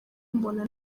mbona